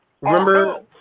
Remember